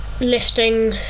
lifting